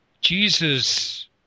Jesus